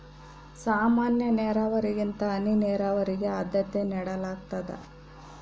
ಸಾಮಾನ್ಯ ನೇರಾವರಿಗಿಂತ ಹನಿ ನೇರಾವರಿಗೆ ಆದ್ಯತೆ ನೇಡಲಾಗ್ತದ